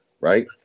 right